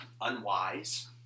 unwise